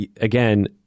again